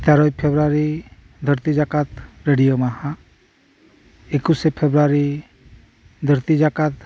ᱛᱮᱨᱳᱭ February ᱫᱷᱟ ᱨᱛᱤ ᱡᱟᱠᱟᱛ ᱨᱮᱰᱤᱭᱳ ᱢᱟᱦᱟ ᱮᱠᱩᱥᱮ ᱯᱷᱮᱵᱽᱨᱟᱨᱤ ᱫᱷᱟ ᱨᱛᱤ ᱡᱟᱠᱟᱛ